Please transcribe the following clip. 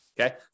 okay